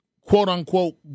quote-unquote